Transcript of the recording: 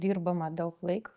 dirbama daug laiko